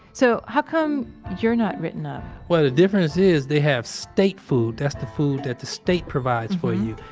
so how come you're not written up? well the difference is they have state food, that's the food that the state provides for you.